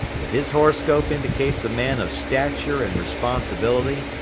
if his horoscope indicates a man of stature and responsibility,